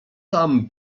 tam